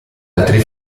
altri